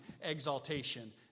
exaltation